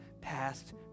past